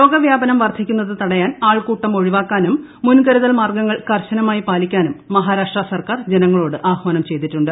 രോഗവൃാപനം വർദ്ധിക്കുന്നത് തടയാൻ ആൾക്കൂട്ടം ഒഴിവാക്കാനും മുൻകരുതൽ മാർഗ്ഗങ്ങൾ കർശനമായി പാലിക്കാനും മഹാരാഷ്ട്ര സർക്കാർ ജനങ്ങളോട് ആഹ്വാനം ചെയ്തിട്ടുണ്ട്